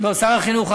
שר החינוך פה.